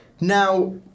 Now